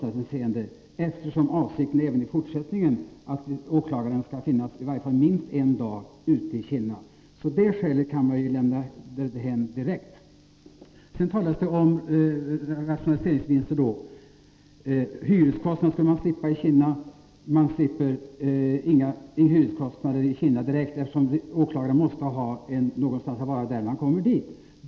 Avsikten är ju att åklagaren även i fortsättningen skall finnas minst en dag i Kinna. Så det skälet kan vi lämna därhän direkt. Sedan talas det om rationaliseringsvinster. Hyreskostnader skulle man slippa i Kinna. Men man slipper inga hyreskostnader i Kinna direkt, eftersom åklagaren måste ha någonstans att vara när han kommer till Kinna.